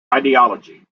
ideology